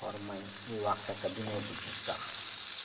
اور میں وہ واقعہ کبھی نہیں بھول سکتا